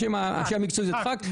השם המקצועי הוא דחק.